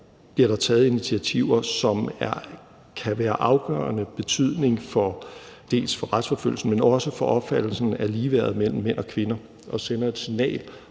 bliver der taget initiativer, som kan være af afgørende betydning dels for retsforfølgelsen, dels for opfattelsen af ligeværdet mellem mænd og kvinder. Det sender et signal